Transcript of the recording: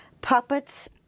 puppets